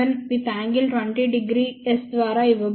267∟ 20 º s ద్వారా ఇవ్వబడుతుంది